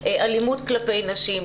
של אלימות כלפי נשים,